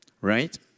right